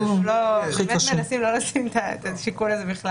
אנחנו באמת מנסים לא לשים את השיקול הזה.